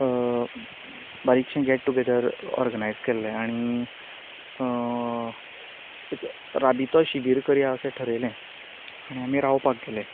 बारीकशें get together organise केल्लें आनी एक राबितो शिबीर करया अशें थरयिल्लें आनी आमी रावपाक गेले